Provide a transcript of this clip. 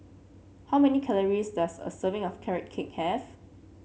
how many calories does a serving of Carrot Cake have